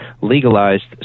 legalized